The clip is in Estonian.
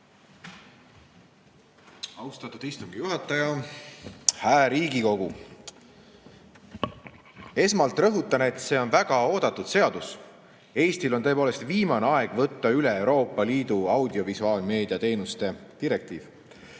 Austatud istungi juhataja! Hää Riigikogu! Esmalt rõhutan, et see on väga oodatud seadus. Eestil on tõepoolest viimane aeg võtta üle Euroopa Liidu audiovisuaalmeedia teenuste direktiiv.